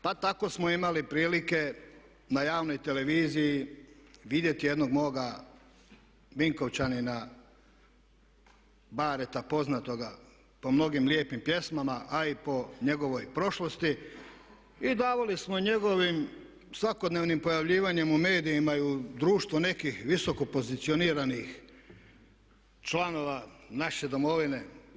Pa tako smo imali prilike na javnoj televiziji vidjeti jednog mog Vinkovčanina, Bareta, poznatoga po mnogim lijepim pjesmama, a i po njegovoj prošlosti, i davali smo njegovim svakodnevnim pojavljivanjem u medijima i u društvu nekih visoko pozicioniranih članova naše domovine.